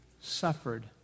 suffered